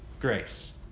Grace